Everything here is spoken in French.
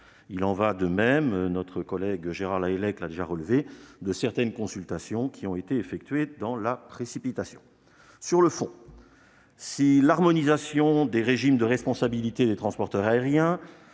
Il en va de même- notre collègue Gérard Lahellec l'a déjà relevé -de certaines consultations, qui ont été effectuées dans la précipitation. Sur le fond, si l'harmonisation des régimes de responsabilité des transporteurs aériens,